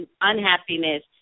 unhappiness